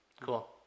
Cool